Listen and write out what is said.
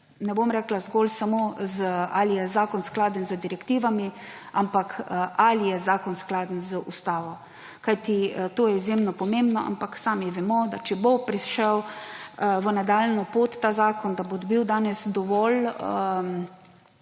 Ne bom rekla zgolj samo, ali je zakon skladen z direktivami, ampak ali je zakon skladen z ustavo, kajti to je izjemno pomembno. Sami vemo, da če bo prišel v nadaljnjo pot ta zakon, da bo dobil danes dovolj